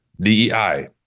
DEI